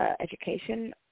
education